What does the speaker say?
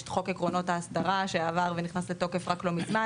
את חוק עקרונות ההסדרה שעבר ונכנס לתוקף רק לא מזמן.